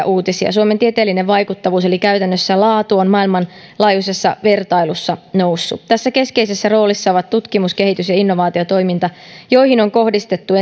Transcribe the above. uutisia suomen tieteellinen vaikuttavuus eli käytännössä laatu on maailmanlaajuisessa vertailussa noussut tässä keskeisessä roolissa on tutkimus kehitys ja innovaatiotoiminta johon on kohdistettu